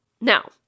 Now